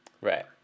Right